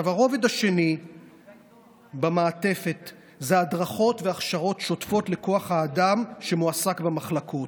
הרובד השני במעטפת זה הדרכות והכשרות שוטפות לכוח האדם שמועסק במחלקות,